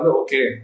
okay